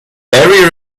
area